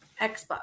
Xbox